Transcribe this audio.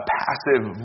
passive